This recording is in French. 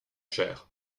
cher